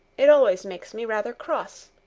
it always makes me rather cross.